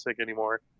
anymore